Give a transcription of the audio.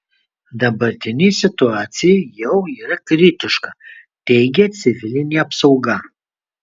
dabartinė situacija jau yra kritiška teigia civilinė apsauga